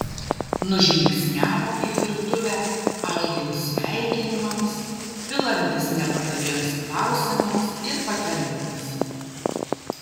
nužingsniavo į virtuvę aidint sveikinimams pilantis nepadoriems klausimams ir patarimams